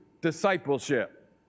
discipleship